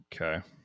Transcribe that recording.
Okay